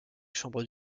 chambres